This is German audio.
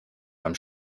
beim